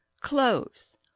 cloves